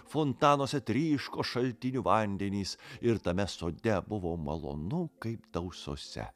fontanuose tryško šaltinių vandenys ir tame sode buvo malonu kaip dausose